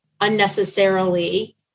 unnecessarily